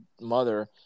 mother